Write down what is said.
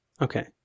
Okay